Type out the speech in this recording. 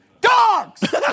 Dogs